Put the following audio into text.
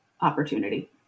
opportunity